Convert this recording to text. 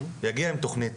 יגיע עם תוכנית.